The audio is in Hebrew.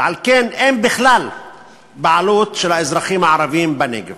ועל כן אין בכלל בעלות של האזרחים הערבים בנגב.